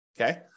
Okay